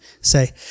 say